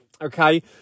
okay